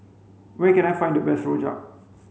where can I find the best Rojak